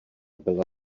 byla